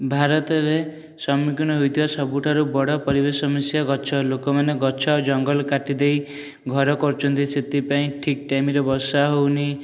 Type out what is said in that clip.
ଭାରତରେ ସମ୍ମୁଖିନ ହୋଇଥିବା ସବୁଠାରୁ ବଡ଼ ପରିବେଶ ଗଛ ଲୋକମାନେ ଗଛ ଜଙ୍ଗଲ କାଟିଦେଇ ଘର କରୁଛନ୍ତି ସେଥିପାଇଁ ଠିକ୍ ଟାଇମରେ ବର୍ଷା ହେଉନି